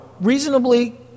Reasonably